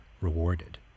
rewarded